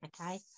okay